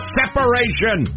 separation